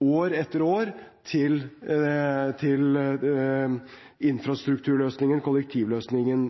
år etter år – på infrastrukturløsningen, på kollektivløsningen.